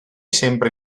sembra